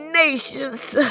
nations